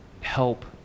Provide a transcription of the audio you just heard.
help